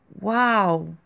wow